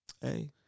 Hey